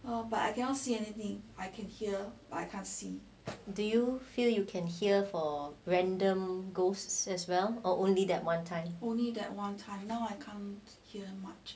do you feel you can hear for random ghosts as well or only that one time